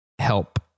help